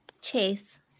Chase